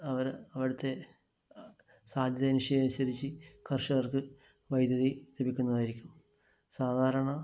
അവര് അവിടുത്തെ സാധ്യത നിശ്ചയിച്ചതനുസരിച്ച് കര്ഷകര്ക്ക് വൈദ്യുതി ലഭിക്കുന്നതായിരിക്കും സാധാരണ